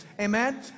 Amen